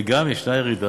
וגם יש ירידה